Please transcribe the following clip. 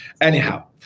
Anyhow